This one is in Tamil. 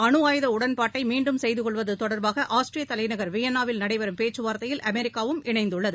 அனுஆயுத உடன்பாட்டைமீண்டும் செய்துகொள்வத்தொடர்பாக ஈராடைன் ஆஸ்திரியதலைநகர் வியன்னாவில் நடைபெறும் பேச்சுவார்த்தையில் அமெரிக்காவும் இணைந்துள்ளது